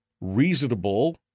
reasonable